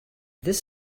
this